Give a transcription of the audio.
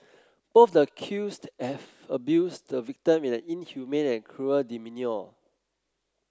both the accused have abused the victim in an inhumane and cruel demeanour